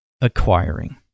acquiring